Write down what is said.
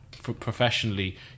professionally